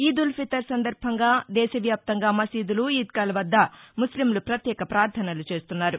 ఈద్ ఉల్ ఫితర్ సందర్భంగా దేశవ్యాప్తంగా మసీదులు ఈద్గాల వద్ద ముస్లింలు ప్రత్యేక ప్రార్దనలు చేస్తున్నారు